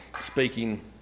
speaking